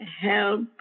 help